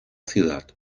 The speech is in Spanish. ciudad